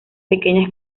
pequeñas